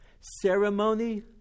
Ceremony